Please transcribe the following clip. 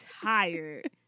tired